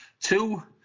Two